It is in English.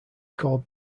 called